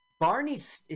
Barney's